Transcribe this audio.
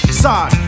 side